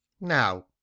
Now